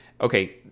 okay